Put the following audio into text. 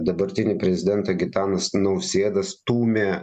dabartinį prezidentą gitanas nausėdą stūmė